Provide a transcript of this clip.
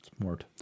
Smart